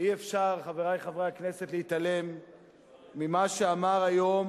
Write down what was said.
אי-אפשר, חברי חברי הכנסת, להתעלם ממה שאמר היום